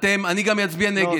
אני גם אצביע נגד.